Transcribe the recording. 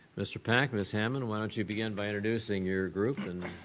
mr. pack, ms. hammond, why don't you begin by introducing your group and